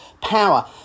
power